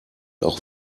auch